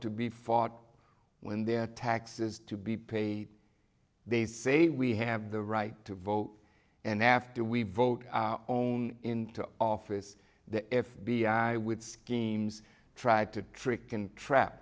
to be fought when their taxes to be paid they say we have the right to vote and after we vote own into office the f b i with schemes tried to trick can trap